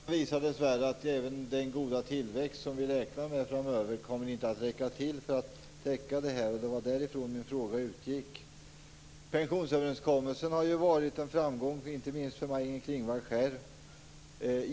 Fru talman! Prognoserna visar dessvärre att inte ens den goda tillväxt som vi räknar med framöver kommer att räcka till för att täcka det här, och det var det min fråga utgick ifrån. Pensionsöverenskommelsen har ju varit en framgång, inte minst för Maj-Inger Klingvall själv.